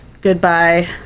Goodbye